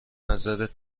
نظر